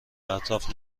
اطراف